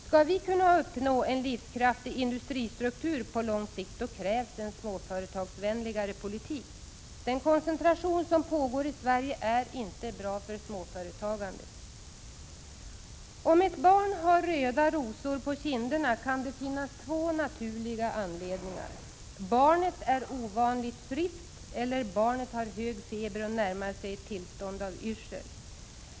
Skall vi kunna uppnå en livskraftig industristruktur på lång sikt krävs en småföretagsvänligare politik. Den koncentration som pågår i Sverige är inte bra för småföretagandet. Om ett barn har röda rosor på kinderna kan det finnas två naturliga anledningar: Barnet är ovanligt friskt, eller barnet har hög feber och närmar sig ett tillstånd av yrsel.